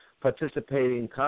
participating